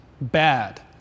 Bad